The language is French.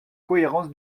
cohérence